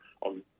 on